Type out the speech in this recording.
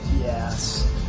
Yes